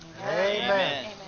Amen